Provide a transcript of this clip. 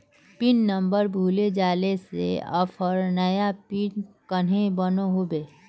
Pin number भूले जाले से ऑफर नया पिन कन्हे बनो होबे?